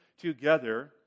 together